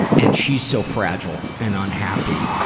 and she's so fragile and unhappy.